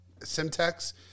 Simtex